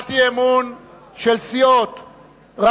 הצעת האי-אמון של סיעות חד"ש,